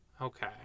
Okay